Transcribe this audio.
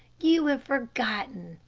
you have forgotten.